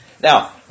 Now